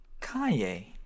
kanye